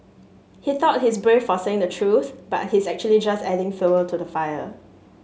he thought he's brave for saying the truth but he's actually just adding fuel to the fire